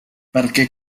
perquè